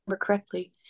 correctly